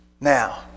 Now